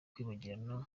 kwibagirana